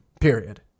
Period